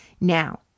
Now